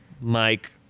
Mike